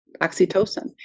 oxytocin